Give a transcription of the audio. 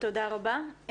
תודה רבה.